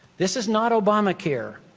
this is not obama care.